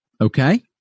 Okay